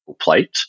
plate